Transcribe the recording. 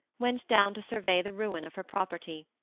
went down to survey the ruin of her property.